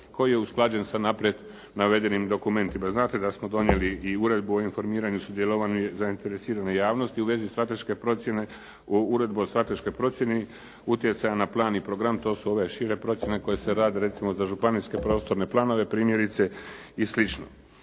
koji je usklađen sa naprijed navedenim dokumentima. Znate da smo donijeli i Uredbu o informiranju sudjelovanja zainteresirane javnosti u vezi strateške procjene o Uredbi strateškoj procjeni utjecaja na plan i program. To su ove šire procjene recimo koje se rade za županijske prostorne planove, primjerice i slično.